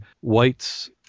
White's